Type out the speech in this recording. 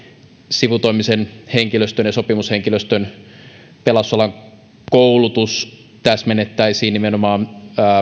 sivutoimisen henkilöstön ja sopimushenkilöstön pelastusalan koulutus täsmennettäisiin nimenomaan